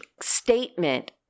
statement